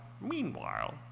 meanwhile